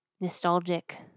nostalgic